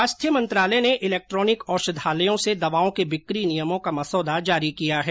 स्वास्थ्य मंत्रालय ने इलेक्ट्रॉनिक औषधालयों से दवाओं के बिक्री नियमों का मसौदा जारी किया है